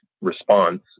response